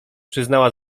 przyznała